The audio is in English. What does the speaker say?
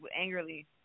angrily